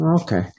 Okay